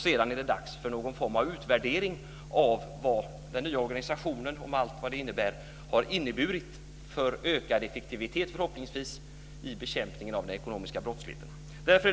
Sedan är det dags för någon form av utvärdering av vad den nya organisationen har inneburit för ökad effektivitet, förhoppningsvis, i bekämpningen av den ekonomiska brottsligheten. Fru talman!